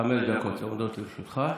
אדוני, חמש דקות עומדות לרשותך.